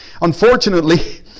Unfortunately